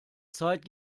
zeit